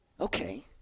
Okay